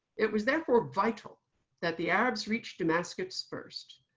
it was therefore vital that the arabs reached damascus first,